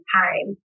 time